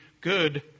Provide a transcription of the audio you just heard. good